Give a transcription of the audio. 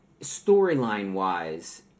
storyline-wise